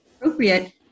appropriate